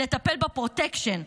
לטפל בפרוטקשן,